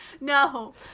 No